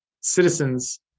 citizens